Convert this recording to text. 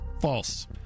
False